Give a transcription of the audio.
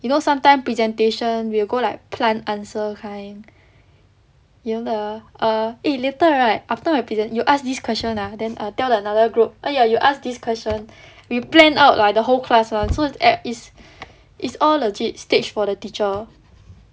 you know sometime presentation we will go like plan answer kind you know the err eh later right after we present you ask this question ah then err tell the another group oh you you ask this question we plan out like the whole class [one] so it's eh is it's all legit stage for the teacher